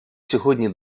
сьогодні